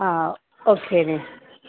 ఓకేనే